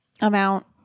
amount